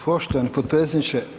Poštovani potpredsjedniče.